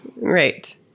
Right